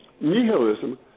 nihilism